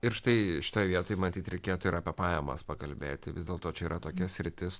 ir štai šitoje vietoj matyt reikėtų ir apie pajamas pakalbėti vis dėlto čia yra tokia sritis